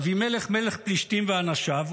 אבימלך מלך פלישתים ואנשיו,